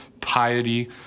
piety